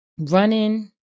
running